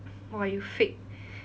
!wah! you fake